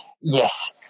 yes